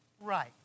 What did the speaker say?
right